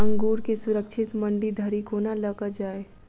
अंगूर केँ सुरक्षित मंडी धरि कोना लकऽ जाय?